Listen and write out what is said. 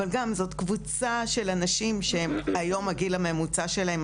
אבל גם זאת קבוצה של אנשים שהיום הגיל הממוצע שלהם,